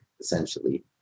essentially